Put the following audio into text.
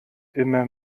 immer